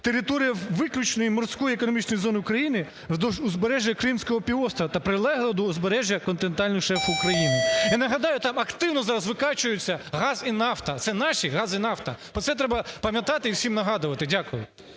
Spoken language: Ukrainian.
"Територія виключної морської економічної зони України вздовж узбережжя Кримського півострова та прилеглих до узбережжя континентального шельфу України". Я нагадаю, там активно зараз викачуються газ і нафта. Це наші газ і нафта. Оце треба пам'ятати і усім нагадувати. Дякую.